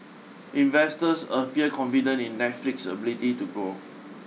investors appear confident in Netflix's ability to grow